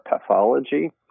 pathology